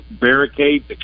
barricades